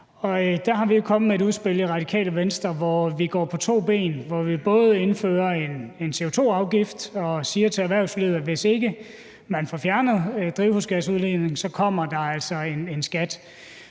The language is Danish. vi jo kommet med et udspil i Radikale Venstre, hvor vi går på to ben, og hvor vi både indfører en CO2-afgift og siger til erhvervslivet, at hvis ikke man får fjernet drivhusgasudledningen, kommer der altså